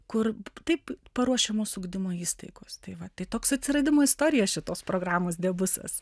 kur taip paruošiamos ugdymo įstaigos tai va tai toks atsiradimo istorija šitos programos diabusas